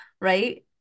Right